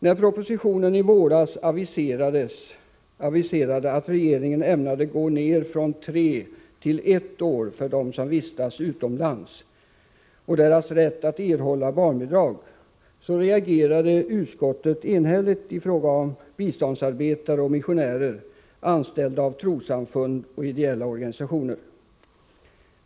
När propositionen i våras aviserade att regeringen ämnade sänka gränsen för rätt att erhålla barnbidrag från tre till ett år när det gäller dem som vistas utomlands, så reagerade utskottet enhälligt i fråga om biståndsarbetare och missionärer, anställda av trossamfund och ideella organisationer.